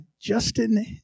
Justin